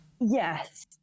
Yes